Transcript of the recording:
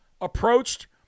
Approached